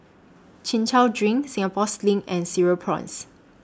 Chin Chow Drink Singapore Sling and Cereal Prawns